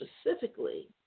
specifically